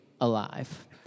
alive